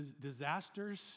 disasters